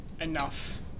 enough